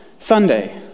Sunday